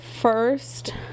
first